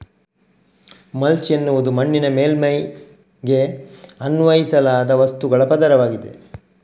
mulch ಎನ್ನುವುದು ಮಣ್ಣಿನ ಮೇಲ್ಮೈಗೆ ಅನ್ವಯಿಸಲಾದ ವಸ್ತುಗಳ ಪದರವಾಗಿದೆ